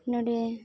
ᱱᱚᱰᱮ